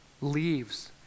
leaves